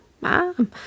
mom